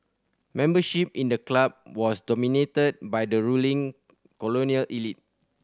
membership in the club was dominated by the ruling colonial elite